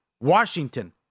Washington